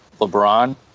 LeBron